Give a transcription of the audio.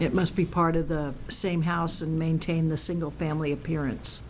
it must be part of the same house and maintain the single family appearance